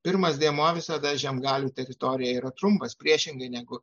pirmas dėmuo visada žiemgalių teritorijoje yra trumpas priešingai negu